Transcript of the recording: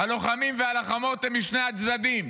הלוחמים והלוחמות הם משני הצדדים.